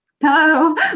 no